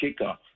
kickoff